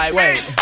wait